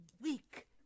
weak